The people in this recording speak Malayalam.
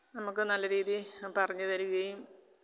നമക്ക് നല്ല രീതിയിൽ പറഞ്ഞുതരികയും